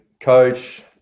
coach